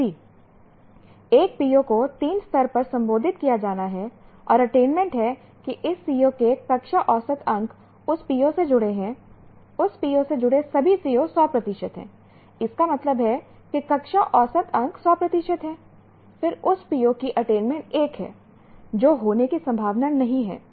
यदि एक PO को 3 स्तर पर संबोधित किया जाना है और अटेनमेंट हैं कि इस CO के कक्षा औसत अंक उस PO से जुड़े हैं उस PO से जुड़े सभी CO 100 प्रतिशत हैं इसका मतलब है कि कक्षा औसत अंक 100 प्रतिशत हैं फिर उस PO की अटेनमेंट 1 है जो होने की संभावना नहीं है